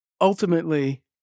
Ultimately